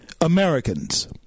Americans